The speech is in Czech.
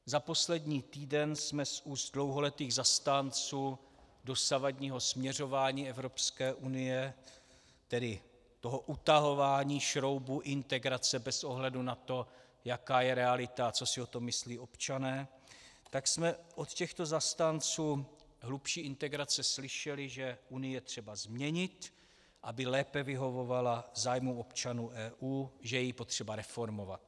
Za poslední týden jsme z úst dlouholetých zastánců dosavadního směřování Evropské unie, tedy toho utahování šroubů integrace bez ohledu na to, jaká je realita a co si o tom myslí občané, tak jsme od těchto zastánců hlubší integrace slyšeli, že Unii je třeba změnit, aby lépe vyhovovala zájmům občanů EU, že je potřeba ji reformovat.